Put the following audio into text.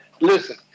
listen